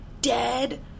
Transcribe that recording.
dead